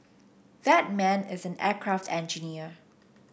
that man is an aircraft engineer